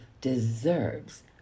deserves